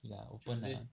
okay lah